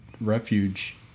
refuge